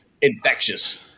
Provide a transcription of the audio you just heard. infectious